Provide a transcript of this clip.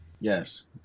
yes